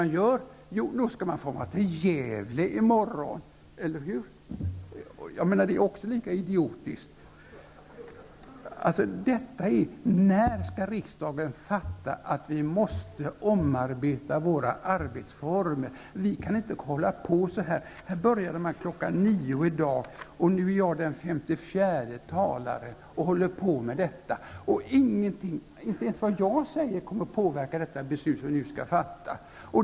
Jo, i morgon skall man fara till Gävle. Eller hur? Det är också lika idiotiskt. När skall riksdagen fatta att vi måste omarbeta våra arbetsformer? Vi kan inte hålla på så här. Vi började klockan nio i dag, och nu är jag den 54:e talaren som håller på med detta. Ingenting, inte ens vad jag säger, kommer att påverka det beslut som vi nu skall fatta.